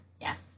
Yes